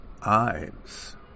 Ives